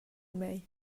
mei